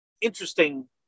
interesting